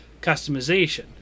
customization